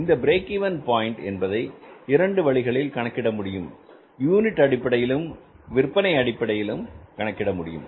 இந்த break even point என்பதை இரண்டு வழிகளில் கணக்கிடலாம் யூனிட் அடிப்படையிலும் விற்பனை அடிப்படையிலும் கணக்கிட முடியும்